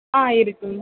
ஆ இருக்கு